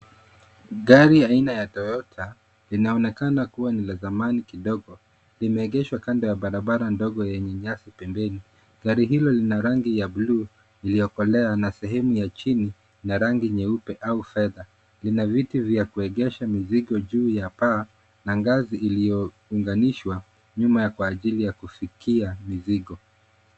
Gari aina ya Toyota linaonekana kuwa ni la zamani kidogo, limeegeshwa kando ya barabara ndogo yenye nyasi pembeni. Gari hilo lina rangi ya bluu iliyokolea na sehemu ya chini la rangi nyeupe au fedha. Lina vitu vya kuegesha mizigo juu ya paa na ngazi iliyounganishwa nyuma kwa ajili ya kufikia mzigo.